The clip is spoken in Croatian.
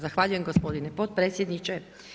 Zahvaljujem gospodine potpredsjedniče.